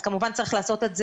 אז כמובן צריך לעשות את זה,